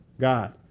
God